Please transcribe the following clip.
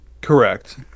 Correct